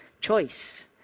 choice